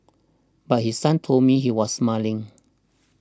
but his son told me he was smiling